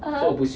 (uh huh)